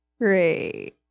Great